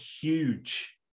huge